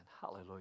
Hallelujah